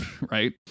Right